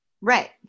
Right